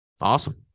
Awesome